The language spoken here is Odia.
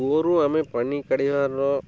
କୂଅରୁ ଆମେ ପାଣି କାଢ଼ିବାର